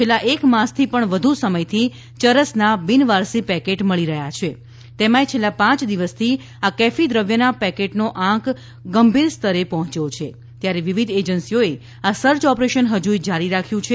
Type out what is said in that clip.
છેલ્લા એક માસથી પણ વધુ સમયથી ચરસના બિનવારસી પેકેટ મળી રહ્યા છે તેમાંથ છેલ્લા પાંચ દિવસથી આ કેફી દ્રવ્યના પેકેટનો આંક ગંભીર સ્તરે પહોંચ્યો છે ત્યારે વિવિધ એજન્સીઓએ આ સર્ચ ઓપરેશન હજુય જારી રાખ્યું છે